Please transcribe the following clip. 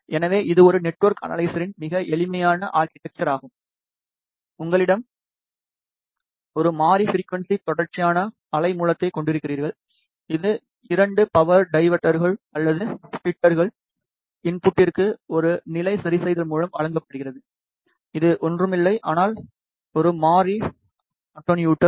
எனவே இது ஒரு நெட்வொர்க் அனலைசயிரின் மிகவும் எளிமையான ஆர்கிடெக்ச்சர் ஆகும் உங்களிடம் ஒரு மாறி ஃபிரிக்குவன்ஸி தொடர்ச்சியான அலை மூலத்தைக் கொண்டிருக்கிறீர்கள் இது 2 பவர் டிவைடர்கள் அல்லது ஸ்ப்ளிட்டர்களின் இன்புட்டிற்கு ஒரு நிலை சரிசெய்தல் மூலம் வழங்கப்படுகிறது இது ஒன்றுமில்லை ஆனால் ஒரு மாறி அட்டென்யூட்டர்